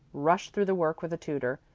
rush through the work with a tutor,